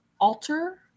alter